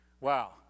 Wow